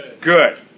good